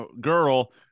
girl